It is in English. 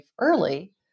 early